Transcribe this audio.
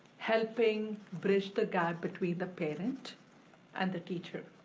helping bridge the gap between the parent and the teacher.